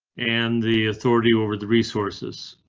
and the authority over the resources.